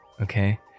okay